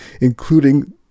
including